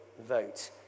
vote